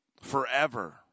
forever